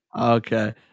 Okay